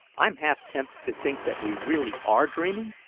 i'm half-tempted to think that we really are dreaming!